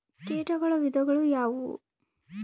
ಕೇಟಗಳ ವಿಧಗಳು ಯಾವುವು?